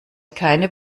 keine